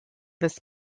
this